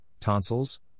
tonsils